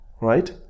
right